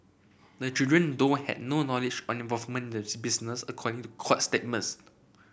the children though had no knowledge or involvement in the business according to court statements